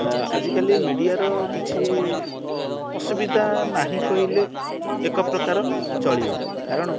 ଆଜିକାଲି ମିଡ଼ିଆର କିଛି ଅସୁବିଧା ନାହିଁ କହିଲେ ଏକପ୍ରକାର ଚଳିବ କାରଣ